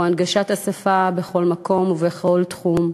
הוא הנגשת השפה בכל מקום ובכל תחום,